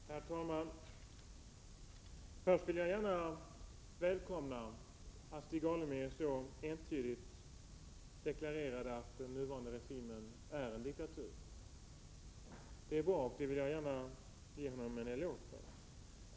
Herr talman! Först vill jag gärna välkomna att Stig Alemyr så entydigt deklarerade att den nuvarande regimen i Nicaragua är en diktatur. Det är bra, och det vill jag gärna ge honom en eloge för.